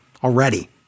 already